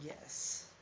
Yes